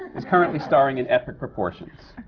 is currently starring in epic proportions.